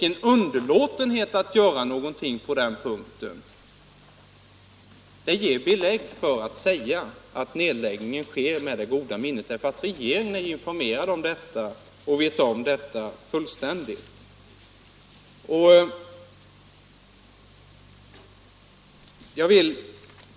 En underlåtenhet på den punkten ger belägg för att säga att nedläggningen sker med regeringens goda minne därför att den är underrättad om detta och har full vetskap om det.